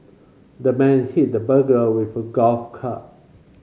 the man hit the burglar with a golf club